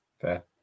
Fair